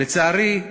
לצערי,